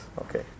Okay